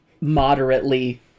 moderately